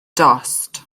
dost